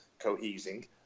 cohesing